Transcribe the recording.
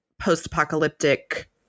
post-apocalyptic